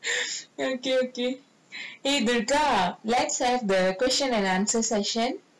okay okay eh dudar let's have the question and answer session